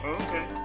okay